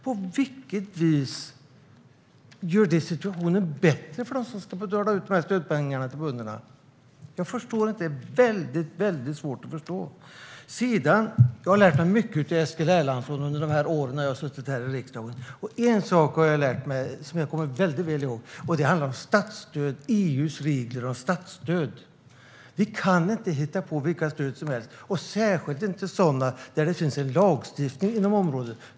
På vilket sätt gör det situationen bättre för dem som ska betala ut dessa stödpengar till bönderna? Detta är mycket svårt att förstå. Jag har lärt mig mycket av Eskil Erlandsson under de år som jag har suttit här i riksdagen. En sak som jag har lärt mig, och som jag kommer ihåg väldigt väl, handlar om EU:s regler om statsstöd. Vi kan inte hitta på vilka stöd som helst, och särskilt inte sådana där det finns en lagstiftning inom området.